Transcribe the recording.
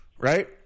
Right